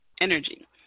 Energy